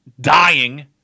dying